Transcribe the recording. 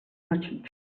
merchant